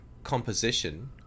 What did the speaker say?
composition